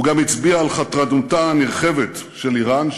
הוא גם הצביע על חתרנותה הנרחבת של איראן,